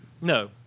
no